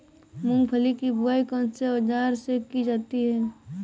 मूंगफली की बुआई कौनसे औज़ार से की जाती है?